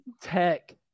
Tech